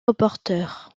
reporter